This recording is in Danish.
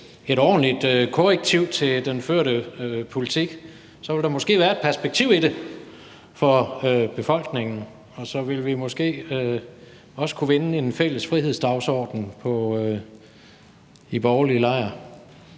et ordentligt korrektiv til den førte politik, ville der måske være et perspektiv i det for befolkningen, og så ville vi måske også kunne vinde en fælles frihedsdagsorden i borgerlig lejr.